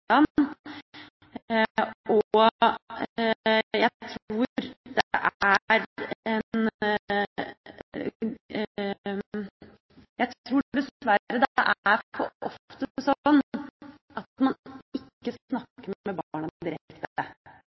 Jeg tror dessverre det for ofte er sånn at man ikke snakker med barna direkte.